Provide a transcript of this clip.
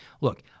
look